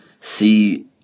see